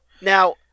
Now